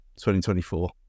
2024